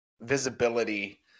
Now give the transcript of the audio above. visibility